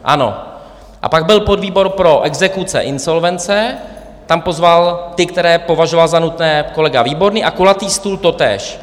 Ano, a pak byl podvýbor pro exekuce, insolvence, tam pozval ty, které považoval za nutné, kolega Výborný, a kulatý stůl totéž.